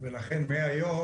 ולכן מהיום,